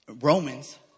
Romans